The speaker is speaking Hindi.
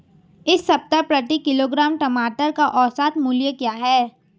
इस सप्ताह प्रति किलोग्राम टमाटर का औसत मूल्य क्या है?